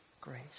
grace